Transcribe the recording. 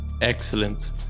excellent